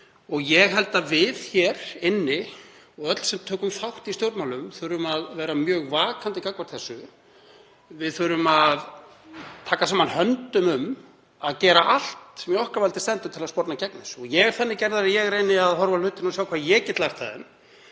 Ég held að við hér inni og við öll sem tökum þátt í stjórnmálum þurfum að vera mjög vakandi gagnvart þessu. Við þurfum að taka saman höndum um að gera allt sem í okkar valdi stendur til að sporna gegn þessu. Ég er þannig gerður að ég reyni að horfa á hlutina og sjá hvað ég get lært af þeim.